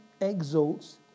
exalts